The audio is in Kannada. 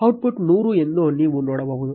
ಔಟ್ಪುಟ್ 100 ಎಂದು ನೀವು ನೋಡಬಹುದು